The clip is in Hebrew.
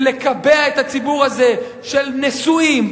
כי לקבע את הציבור הזה של נשואים,